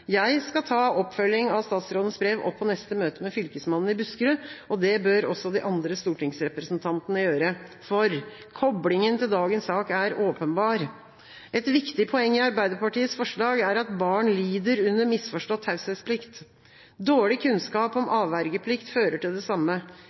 Jeg skal ta oppfølging av statsrådens brev opp på neste møte med Fylkesmannen i Buskerud. Det bør også de andre stortingsrepresentantene gjøre. Koblingen til dagens sak er åpenbar. Et viktig poeng i Arbeiderpartiets forslag er at barn lider under misforstått taushetsplikt. Dårlig kunnskap om